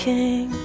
King